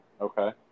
Okay